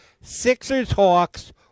Sixers-Hawks